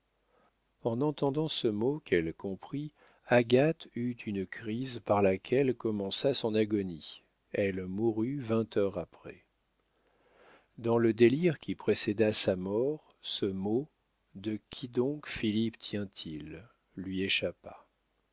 en entendant ce mot qu'elle comprit agathe eut une crise par laquelle commença son agonie elle mourut vingt heures après dans le délire qui précéda sa mort ce mot de qui donc philippe tient-il lui échappa